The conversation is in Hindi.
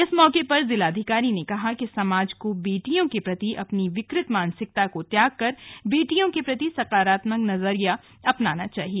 इस मौके पर जिलाधिकारी ने कहा कि समाज को बेटियों के प्रति अपनी विकृत मानसिकता को त्यागकर बेटियों के प्रति सकारात्मक नजरिया अपनाना होगा